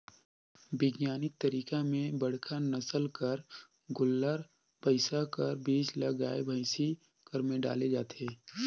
बिग्यानिक तरीका में बड़का नसल कर गोल्लर, भइसा कर बीज ल गाय, भइसी कर में डाले जाथे